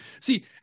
See